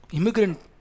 immigrant